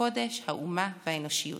הקודש, האומה והאנושיות".